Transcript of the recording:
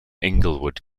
inglewood